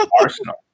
Arsenal